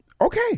Okay